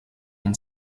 une